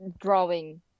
Drawing